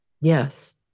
Yes